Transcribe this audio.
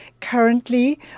Currently